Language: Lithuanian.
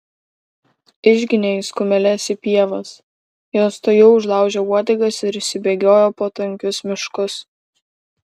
išginė jis kumeles į pievas jos tuojau užlaužė uodegas ir išsibėgiojo po tankius miškus